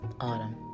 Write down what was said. Autumn